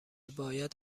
باید